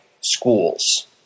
schools